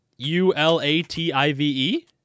U-L-A-T-I-V-E